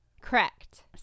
Correct